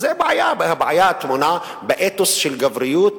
הבעיה היא באתוס של גבריות,